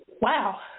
wow